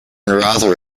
rather